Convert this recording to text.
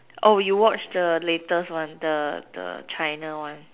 you watched the latest one the the China one